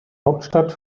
hauptstadt